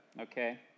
Okay